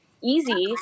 easy